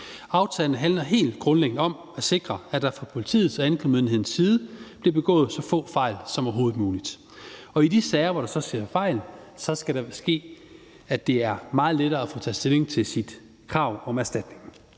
Aftalen handler helt grundlæggende om at sikre, at der fra politiets og anklagemyndighedens side bliver begået så få fejl som overhovedet muligt. Og i de sager, hvor der så sker fejl, skal det være meget lettere at få taget stilling til sit krav om erstatning.